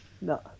no